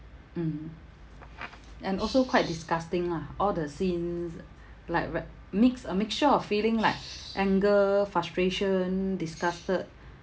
mm and also quite disgusting lah all the scenes like ver~ mix a mixture of feeling like anger frustration disgusted